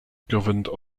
governed